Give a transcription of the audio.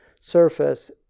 surface